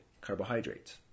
carbohydrates